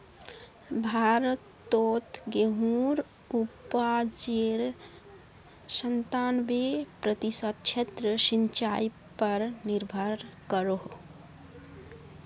भारतोत गेहुंर उपाजेर संतानबे प्रतिशत क्षेत्र सिंचाई पर निर्भर करोह